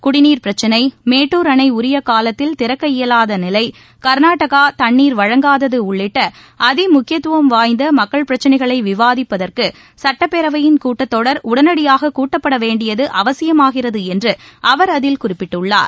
குடிநீர் பிரச்சினை மேட்டூர் அணை உரிய காலத்தில் திறக்க இயலாத நிலை கர்நாடகா தண்ணீர் வழங்காதது உள்ளிட்ட அதி முக்கியத்துவம் வாய்ந்த மக்கள் பிரச்சினைகளை விவாதிப்பதற்கு சட்டப்பேரவையின் கூட்டத்தொடர் உடனடியாக கூட்டப்பட வேண்டியது அவசியமாகிறது என்று அவர் அதில் குறிப்பிட்டுள்ளார்